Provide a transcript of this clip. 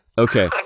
Okay